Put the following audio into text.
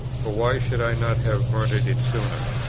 for why should i not have murdered it sooner,